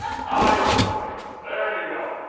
higher with the hands. there you go.